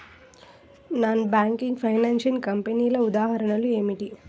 Non banking financial కంపెనీల ఉదాహరణలు ఏమిటి?